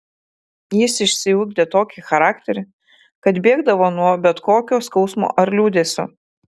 jis išsiugdė tokį charakterį kad bėgdavo nuo bet kokio skausmo ar liūdesio